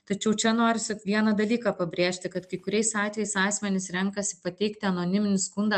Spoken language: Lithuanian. tačiau čia norisi vieną dalyką pabrėžti kad kai kuriais atvejais asmenys renkasi pateikti anoniminį skundą